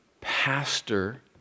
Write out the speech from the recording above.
pastor